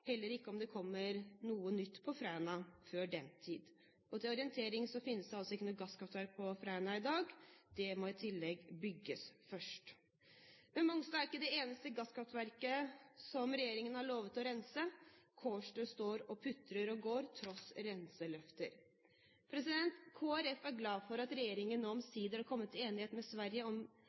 heller ikke om det kommer noe nytt på Fræna før den tid. Til orientering finnes det altså ikke noe gasskraftverk på Fræna i dag – det må i tilfelle bygges først. Men Mongstad er ikke det eneste gasskraftverket regjeringen har lovet å rense. Kårstø står og putrer og går, tross renseløfter. Kristelig Folkeparti er glad for at regjeringen nå omsider har kommet til enighet med Sverige om